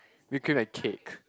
whip cream and cake